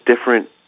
different